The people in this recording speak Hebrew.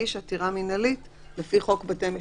שנדונו במהלך דיוני הוועדה על חוק הסמכויות.